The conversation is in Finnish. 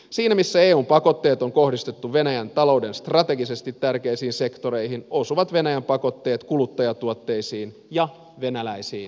siinä missä eun pakotteet on kohdistettu venäjän talouden strategisesti tärkeisiin sektoreihin osuvat venäjän pakotteet kuluttajatuotteisiin ja venäläisiin kuluttajiin